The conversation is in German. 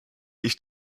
ich